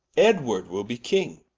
edward will be king,